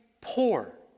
poor